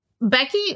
Becky